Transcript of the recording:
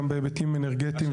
גם בהיבטים אנרגטיים.